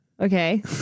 Okay